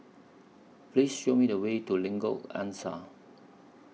Please Show Me The Way to Lengkok Angsa